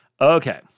Okay